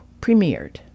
premiered